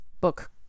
book